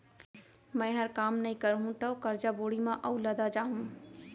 मैंहर काम नइ करहूँ तौ करजा बोड़ी म अउ लदा जाहूँ